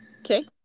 Okay